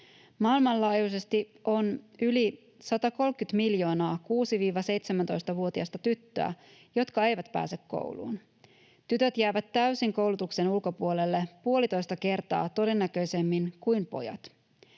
Maailmanlaajuisesti on yli 130 miljoonaa 6–17-vuotiasta tyttöä, jotka eivät pääse kouluun. Tytöt jäävät täysin koulutuksen ulkopuolelle 1,5 kertaa todennäköisemmin kuin pojat.